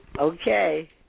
Okay